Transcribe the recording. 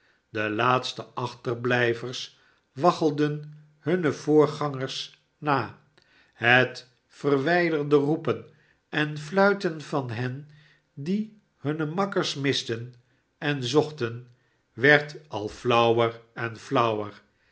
de laatste achterblijvers waggelden hunne voorgangers na het verwijderde roepen en fluiten van hen die hunne makkers misten en zochten werd al flauwer en flauwer